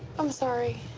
i'm sorry.